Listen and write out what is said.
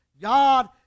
God